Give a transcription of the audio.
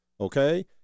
okay